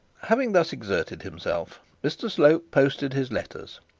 having thus exerted himself, mr slope posted his letters,